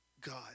God